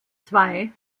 zwei